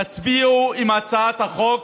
תצביעו עם הצעת החוק.